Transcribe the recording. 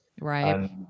Right